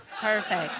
perfect